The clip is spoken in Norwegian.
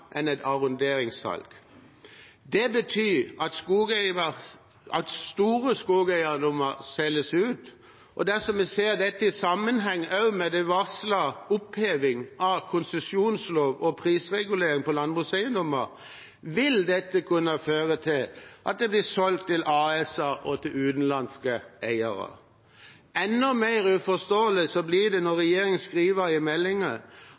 enn et arronderingssalg. Det betyr at store skogeiendommer selges ut, og dersom vi ser dette i sammenheng med den varslede opphevingen av konsesjonsloven og prisreguleringen på landbrukseiendommer, vil dette kunne føre til at det blir solgt til AS-er og til utenlandske eiere. Enda mer uforståelig blir det når regjeringen i meldingen